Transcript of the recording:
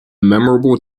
memorable